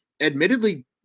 admittedly